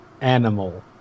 animal